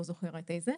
אני לא זוכרת איזה,